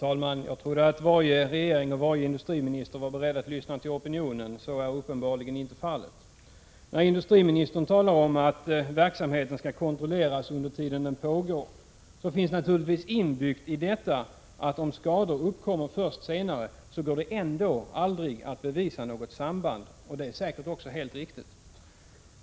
Herr talman! Jag trodde att varje regering och varje industriminister var beredd att lyssna på opinionen. Så är uppenbarligen inte fallet. När industriministern talar om att verksamheten skall kontrolleras under den tid då den pågår, så finns naturligtvis inbyggt i detta, att om skador uppkommer först senare, så går det ändå aldrig att bevisa något samband. Det är säkert också helt riktigt.